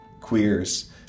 queers